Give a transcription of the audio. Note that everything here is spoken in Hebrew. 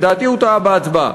לדעתי הוא טעה בהצבעה,